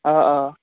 অ অ